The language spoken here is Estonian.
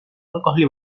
alkoholi